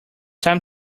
time